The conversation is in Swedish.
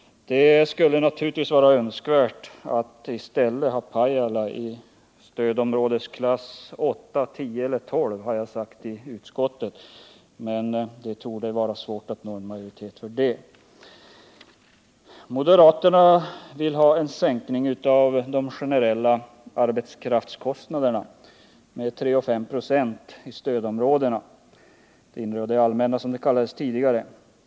Det skulle naturligtvis vara önskvärt att i stället ha Pajala i stödområdesklass 8, 10 eller 12, har jag sagt i utskottet, men det torde vara svårt att få majoritet för det. Moderaterna vill ha en sänkning av de generella arbetskraftskostnaderna med 3 och 5 96 i stödområdena — det allmänna och det inre, som de kallades tidigare.